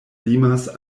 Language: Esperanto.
limas